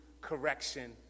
correction